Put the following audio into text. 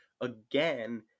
again